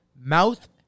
mouth